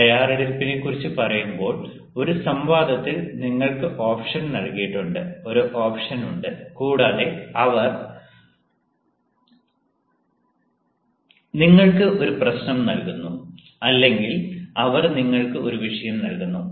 തയ്യാറെടുപ്പിനെക്കുറിച്ച് പറയുമ്പോൾ ഒരു സംവാദത്തിൽ നിങ്ങൾക്ക് ഓപ്ഷൻ നൽകിയിട്ടുണ്ട് ഒരു ഓപ്ഷൻ ഉണ്ട് കൂടാതെ അവർ നിങ്ങൾക്ക് ഒരു പ്രശ്നം നൽകുന്നു അല്ലെങ്കിൽ അവർ നിങ്ങൾക്ക് ഒരു വിഷയം നൽകുന്നു